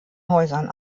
häusern